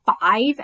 five